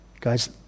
Guys